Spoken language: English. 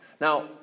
Now